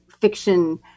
fiction